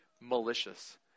malicious